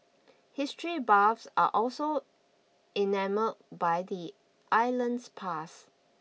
history buffs are also enamoured by the island's past